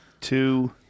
two